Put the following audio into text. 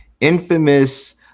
infamous